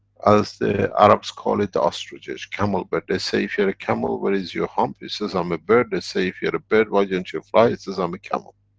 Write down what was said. as the arabs call it, the ostriches. camel, but they say, if you're a camel where is your hump? it says i'm a bird. they say, if you're a bird why don't you fly? it says i'm a camel.